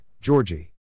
Georgie